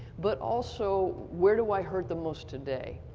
but also where do i hurt the most today.